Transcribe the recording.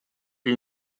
gli